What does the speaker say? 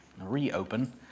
reopen